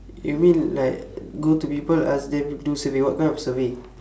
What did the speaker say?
you mean like go to people ask them do survey what kind of survey